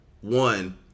one